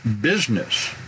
business